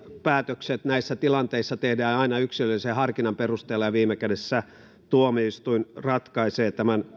päätökset näissä tilanteissa tehdään aina yksilöllisen harkinnan perusteella ja viime kädessä tuomioistuin ratkaisee